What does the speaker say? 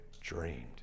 dreamed